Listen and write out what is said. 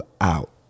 out